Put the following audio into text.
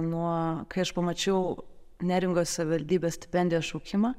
nuo kai aš pamačiau neringos savivaldybės stipendijos šaukimą